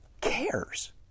cares